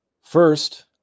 First